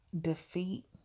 defeat